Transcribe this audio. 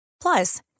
Plus